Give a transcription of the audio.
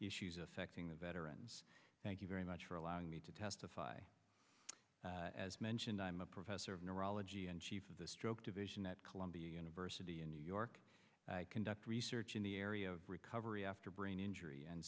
issues affecting the veterans thank you very much for allowing me to testify as mentioned i'm a professor of neurology and chief of the stroke division that columbia university in new york conduct research in the area of recovery after brain injury and